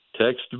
Text